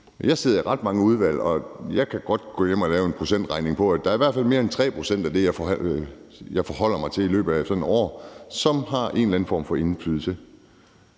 Jeg sidder i ret mange udvalg, og jeg kan godt gå hjem og lave en procentregning på, at der i hvert fald er mere end 3 pct. af det, jeg forholder mig til i løbet af sådan et år, som har en eller anden form for indflydelse